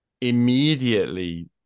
immediately